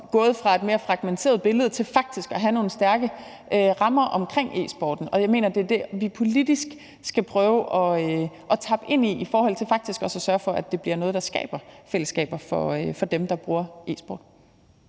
gået fra et mere fragmenteret billede til faktisk at have nogle stærke rammer omkring e-sporten. Og jeg mener, det er det, vi politisk skal prøve at tappe ind i i forhold til faktisk også at sørge for, at det bliver noget, der skaber fællesskaber for dem, der bruger e-sport.